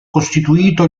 costituito